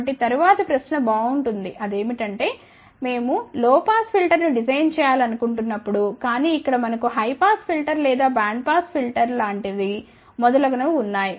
కాబట్టితరువాతి ప్రశ్న బాగుంటుంది అదేమిటంటే మేము లో పాస్ ఫిల్టర్ను డిజైన్ చేయాలనుకుంటున్నప్పుడు కాని ఇక్కడ మనకు హై పాస్ ఫిల్టర్ లేదా బ్యాండ్ పాస్ ఫిల్టర్ లాంటివి మొదలగునవి ఉన్నాయి